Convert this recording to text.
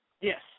Yes